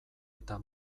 eta